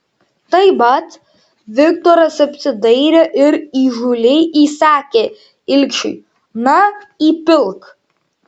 tai mat viktoras apsidairė ir įžūliai įsakė ilgšiui na įpilk